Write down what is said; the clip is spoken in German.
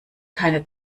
keine